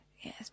Yes